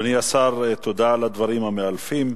אדוני השר, תודה על הדברים המאלפים.